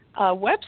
website